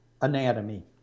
anatomy